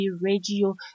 Radio